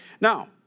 Now